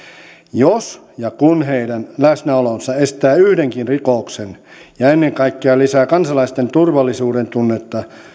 jos ja kun heidän läsnäolonsa estää yhdenkin rikoksen ja ennen kaikkea lisää kansalaisten turvallisuudentunnetta